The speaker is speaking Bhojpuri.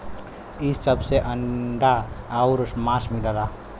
इ सब से अंडा आउर मांस मिलला